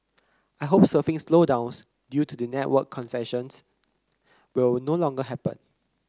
I hope surfing slowdowns due to the network congestions will no longer happen